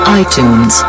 iTunes